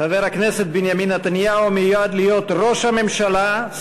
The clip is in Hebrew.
חבר הכנסת בנימין נתניהו מיועד להיות ראש הממשלה,